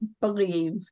believe